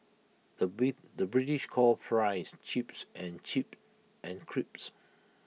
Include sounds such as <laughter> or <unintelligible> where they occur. the <unintelligible> the British calls Fries Chips and chips and crisps